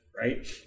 right